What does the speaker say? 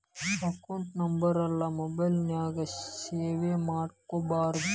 account ನಂಬರೆಲ್ಲಾ mobile ನ್ಯಾಗ save ಮಾಡ್ಕೊಬಾರ್ದು